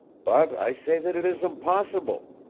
but i say that it is impossible.